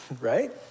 Right